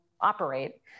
operate